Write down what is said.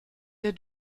der